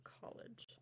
college